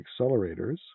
accelerators